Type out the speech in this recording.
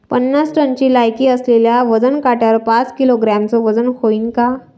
पन्नास टनची लायकी असलेल्या वजन काट्यावर पाच किलोग्रॅमचं वजन व्हईन का?